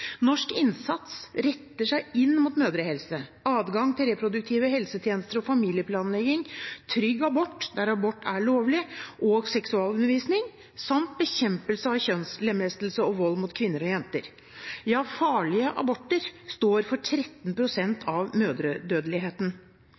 Norsk innsats retter seg inn mot mødrehelse, adgang til reproduktive helsetjenester og familieplanlegging, trygg abort der abort er lovlig, og seksualundervisning samt bekjempelse av kjønnslemlestelse og vold mot kvinner og jenter. Ja, farlige aborter står for 13 pst. av mødredødeligheten.